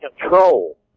control